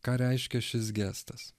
ką reiškia šis gestas